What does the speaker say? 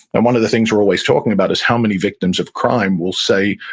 and one of the things we're always talking about is how many victims of crime will say,